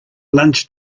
lunch